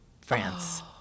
France